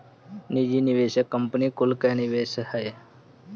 निजी निवेशक कंपनी कुल कअ निवेश हअ